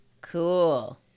Cool